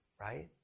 right